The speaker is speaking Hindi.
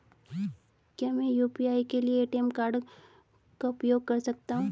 क्या मैं यू.पी.आई के लिए ए.टी.एम कार्ड का उपयोग कर सकता हूँ?